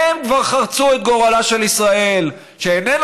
הם כבר חרצו את גורלה של ישראל שהיא איננה